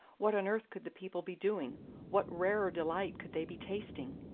what on earth could the people be doing what rarer delight could they be tasting?